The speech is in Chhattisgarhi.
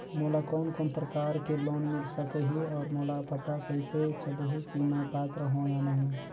मोला कोन कोन प्रकार के लोन मिल सकही और मोला पता कइसे चलही की मैं पात्र हों या नहीं?